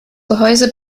gehäuse